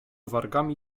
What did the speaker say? wargami